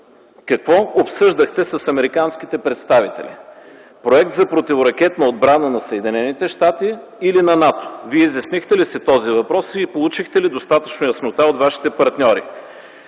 какво обсъждахте с американските представители: проект за противоракетна отбрана на Съединените американски щати или на НАТО? Вие изяснихте ли си този въпрос и получихте ли достатъчно яснота от вашите партньори?